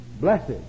Blessed